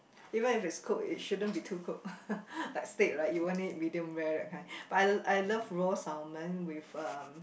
even if it's cook it shouldn't be too cooked like steak right you won't eat medium rare that kind but I I love raw salmon with um